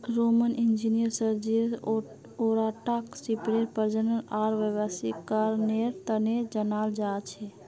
Roman engineer Sergius ओराटाक सीपेर प्रजनन आर व्यावसायीकरनेर तने जनाल जा छे